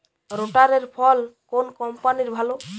রোটারের ফল কোন কম্পানির ভালো?